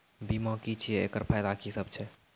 बीमा की छियै? एकरऽ फायदा की सब छै?